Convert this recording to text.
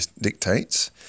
dictates